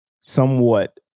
somewhat